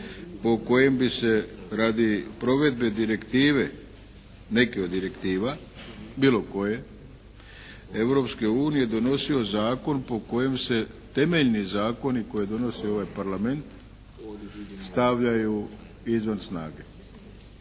po kojem bi se radi provedbe direktive, nekih od direktiva, bilo koje Europske unije donosio zakon po kojem se temeljni zakoni koje donosi ovaj Parlament stavljaju izvan snage